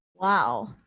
Wow